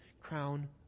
crown